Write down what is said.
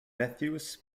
matthews